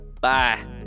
Bye